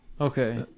Okay